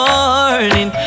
Morning